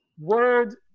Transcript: word